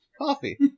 Coffee